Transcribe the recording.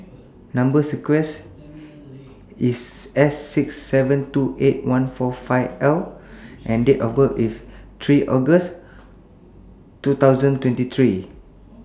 Number sequence IS S six seven two eight one four five L and Date of birth IS three August two thousand twenty three